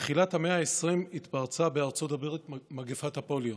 בתחילת המאה ה-20 התפרצה בארצות הברית מגפת הפוליו.